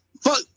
Fuck